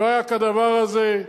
לא היה כדבר הזה.